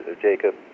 Jacob